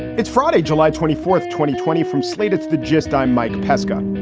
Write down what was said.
it's friday, july twenty fourth, twenty twenty from slate's the gist. i'm mike pesca.